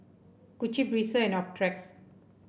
Gucci Breezer and Optrex